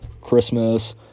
Christmas